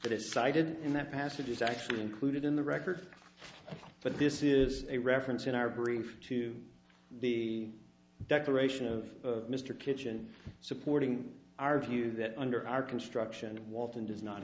that is cited in that passage is actually included in the record but this is a reference in our brief to the declaration of mr kitchen supporting our view that under our construction of walton does not